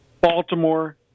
Baltimore